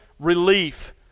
relief